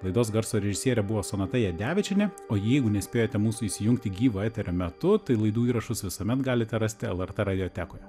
laidos garso režisierė buvo sonata jadevičienė o jeigu nespėjote mūsų įsijungti gyvo eterio metu tai laidų įrašus visuomet galite rasti lrt radiotekoje